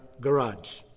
garage